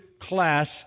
class